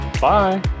Bye